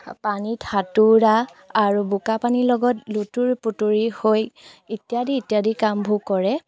পানীত সাঁতোৰা আৰু বোকা পানীৰ লগত লুতুৰি পুতুৰি হৈ ইত্যাদি ইত্যাদি কামবোৰ কৰে